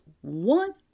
one